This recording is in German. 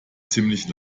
ziemlich